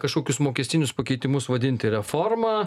kažkokius mokestinius pakeitimus vadinti reforma